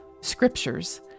scriptures